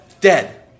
Dead